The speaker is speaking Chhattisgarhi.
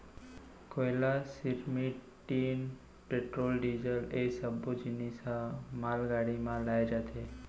कोयला, सिरमिट, टीन, पेट्रोल, डीजल ए सब्बो जिनिस ह मालगाड़ी म लाए जाथे